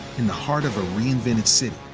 in the heart of a reinvented city.